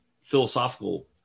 philosophical